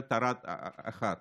ומדליית ארד אחת.